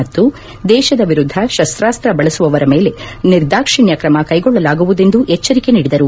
ಮತ್ತು ದೇಶದ ವಿರುದ್ದ ಶಸ್ತಾಕ್ತ ಬಳಸುವವರ ಮೇಲೆ ನಿರ್ದಾಕ್ಷಿಣ್ಣ ಕ್ರಮ ಕೈಗೊಳ್ಳಲಾಗುವುದೆಂದು ಎಚ್ಚರಿಕೆ ನೀಡಿದರು